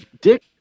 Dick